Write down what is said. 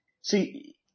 See